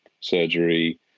surgery